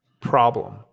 problem